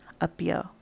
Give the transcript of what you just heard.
appear